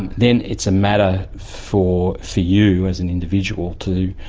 and then it's a matter for for you as an individual to,